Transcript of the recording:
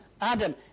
Adam